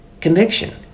conviction